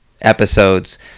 episodes